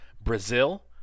Brazil